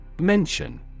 Mention